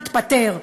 התפטר,